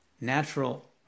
natural